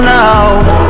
now